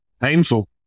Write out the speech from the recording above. Painful